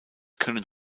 können